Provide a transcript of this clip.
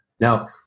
Now